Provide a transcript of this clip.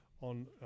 on